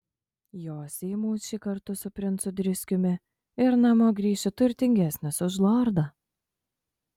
josi į mūšį kartu su princu driskiumi ir namo grįši turtingesnis už lordą